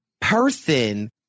person